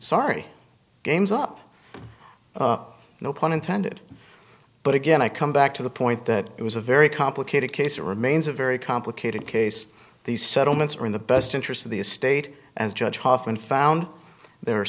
sorry game's up no pun intended but again i come back to the point that it was a very complicated case it remains a very complicated case these settlements are in the best interest of the state as judge hoffman found the